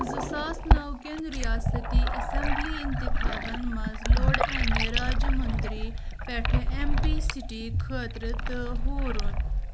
زٕ ساس نَو کیٚن رِیاستی اسمبلی اِنتِخابن منٛز لوٚڑ امہِ راجامُنٛدری پیٚٹھٕ ایٚم پی سیٖٹی خٲطرٕ تہٕ ہوٗرُن